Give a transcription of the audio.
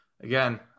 Again